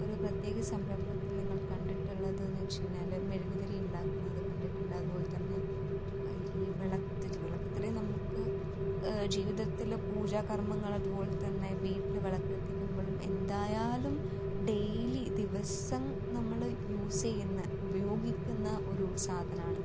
ഒരു പ്രത്യേക സംരംഭത്തിൽ നിങ്ങൾ കണ്ടിട്ടുള്ളതെന്നു വെച്ച് കഴിഞ്ഞാൽ മെഴുകുതിരി ഉണ്ടാക്കുന്നത് കണ്ടിട്ടുണ്ട് അതുപോലെ തന്നെ ഈ വിളക്ക് തിരി വിളക്ക് തിരി നമുക്ക് ജീവിതത്തിൽ പൂജാ കർമ്മങ്ങൾ അതുപോലെ തന്നെ വീട്ടിൽ വിളക്ക് കത്തിക്കുമ്പോളും എന്തായാലും ഡെയിലി ദിവസം നമ്മൾ യൂസ് ചെയ്യുന്ന ഉപയോഗിക്കുന്ന ഒരു സാധനമാണ്